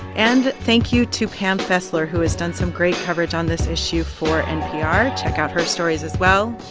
and thank you to pam fessler, who has done some great coverage on this issue for npr. check out her stories as well.